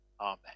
Amen